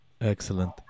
excellent